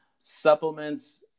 supplements